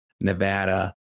Nevada